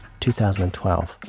2012